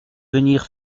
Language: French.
venir